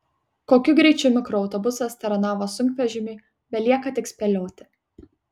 kokiu greičiu mikroautobusas taranavo sunkvežimį belieka tik spėlioti